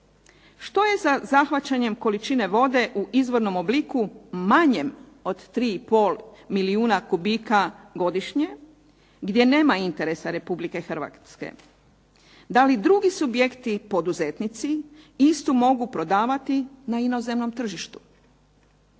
Što je sa zahvaćanjem količine vode u izvornom obliku manjem od 3 i pol milijuna kubika godišnje, gdje nema interesa Republike Hrvatske? Da li drugi subjekti, poduzetnici, istu mogu prodavati na inozemnom tržištu?